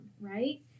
right